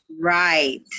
Right